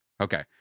Okay